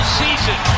season